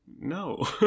no